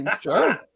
Sure